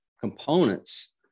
components